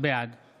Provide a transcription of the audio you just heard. בעד